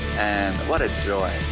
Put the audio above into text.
and what a joy.